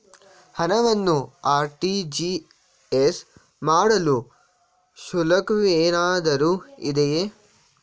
ಹಣವನ್ನು ಆರ್.ಟಿ.ಜಿ.ಎಸ್ ಮಾಡಲು ಶುಲ್ಕವೇನಾದರೂ ಇದೆಯೇ?